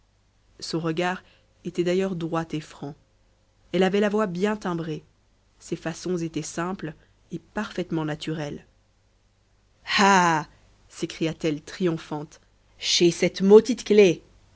son regard était d'ailleurs droit et franc elle avait la voix bien timbrée ses façons étaient simples et parfaitement naturelles ah s'écria-t-elle triomphante j'ai cette maudite clef